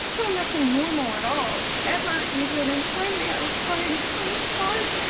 no nothing normal at all ever, even. and finally, i was crying so hard,